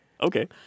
Okay